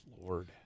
Lord